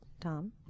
Tom